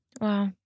Wow